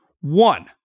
One